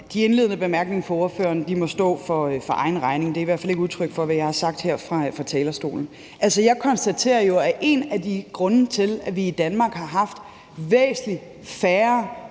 De indledende bemærkninger fra ordføreren må stå for egen regning; de er i hvert fald ikke udtryk for, hvad jeg har sagt her fra talerstolen. Altså, jeg konstaterer jo, at en af grundene til, at vi i Danmark har haft væsentlig færre